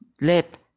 let